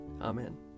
Amen